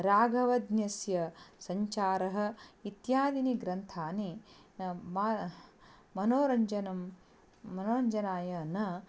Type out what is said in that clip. राघवज्ञस्य सञ्चारः इत्यादीनि ग्रन्थानि मा मनोरञ्जनं मनोरञ्जनाय न